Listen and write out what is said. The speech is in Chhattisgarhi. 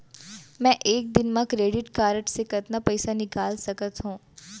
मैं एक दिन म क्रेडिट कारड से कतना पइसा निकाल सकत हो?